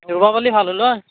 ৰুৱা পাল্লি ভাল হ'ল হয়